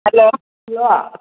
hello hello